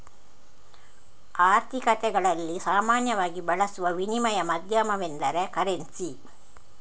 ಆರ್ಥಿಕತೆಗಳಲ್ಲಿ ಸಾಮಾನ್ಯವಾಗಿ ಬಳಸುವ ವಿನಿಮಯ ಮಾಧ್ಯಮವೆಂದರೆ ಕರೆನ್ಸಿ